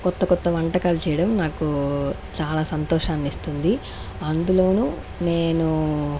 కొత్త కొత్త వంటకాలు చేయడం నాకు చాలా సంతోషాన్నిస్తుంది అందులోనూ నేనూ